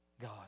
God